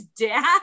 dad